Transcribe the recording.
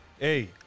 Hey